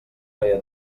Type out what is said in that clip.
feia